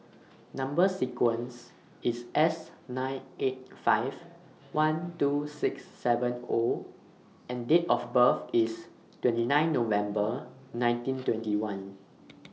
Number sequence IS S nine eight five one two six seven O and Date of birth IS twenty nine November nineteen twenty one